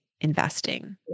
investing